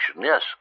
Yes